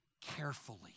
carefully